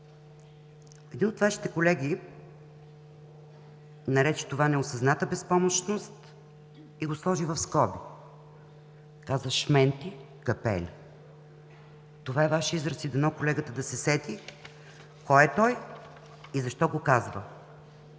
Един от Вашите колеги нарече това „неосъзната безпомощност“ и го сложи в скоби. Каза „шменди капели“. Това е Ваш израз и дано колегата да се сети кой е той и защо го казва.